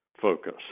focus